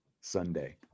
Sunday